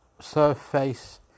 Surface